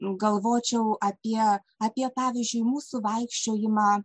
galvočiau apie apie pavyzdžiui mūsų vaikščiojimą